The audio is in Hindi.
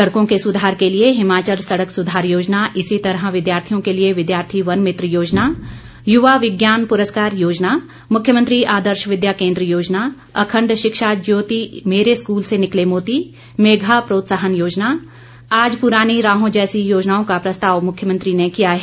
सड़कों के सुधार के लिए हिमाचल सड़क सुधार योजना इसी तरह विद्यार्थियों के लिए विद्यार्थी वन मित्र योजना युवा विज्ञान पुरस्कार योजना मुख्यमंत्री आदर्श विद्या केंद्र योजना अखंड शिक्षा ज्योती मेरे स्कूल से निकले मोती मेघा प्रोत्साहन योजना आज पुरानी राहों जैसी योजनाओं का प्रस्ताव मुख्यमंत्री ने किया है